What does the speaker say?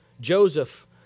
Joseph